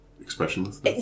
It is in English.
Expressionless